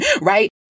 right